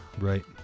Right